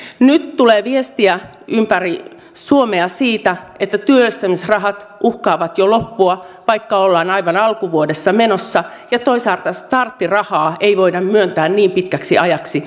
nyt tulee viestiä ympäri suomea siitä että työllistämisrahat uhkaavat jo loppua vaikka ollaan aivan alkuvuodessa menossa ja toisaalta starttirahaa ei voida myöntää niin pitkäksi ajaksi